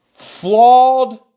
flawed